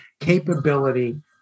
capability